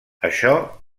això